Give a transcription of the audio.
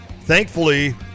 Thankfully